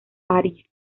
parís